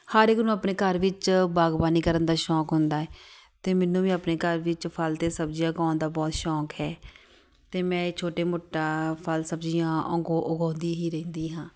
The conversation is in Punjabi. ਹਰ ਇੱਕ ਨੂੰ ਆਪਣੇ ਘਰ ਵਿੱਚ ਬਾਗਬਾਨੀ ਕਰਨ ਦਾ ਸ਼ੌਕ ਹੁੰਦਾ ਹੈ ਅਤੇ ਮੈਨੂੰ ਵੀ ਆਪਣੇ ਘਰ ਵਿੱਚ ਫਲ ਅਤੇ ਸਬਜ਼ੀਆਂ ਉਗਾਉਣ ਦਾ ਬਹੁਤ ਸ਼ੌਕ ਹੈ ਅਤੇ ਮੈਂ ਇਹ ਛੋਟੇ ਮੋਟਾ ਫਲ ਸਬਜ਼ੀਆਂ ਅੰਗੋ ਉਗਾਉਂਦੀ ਹੀ ਰਹਿੰਦੀ ਹਾਂ